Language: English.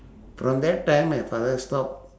from that time my father stop